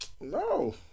No